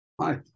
Hi